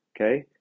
okay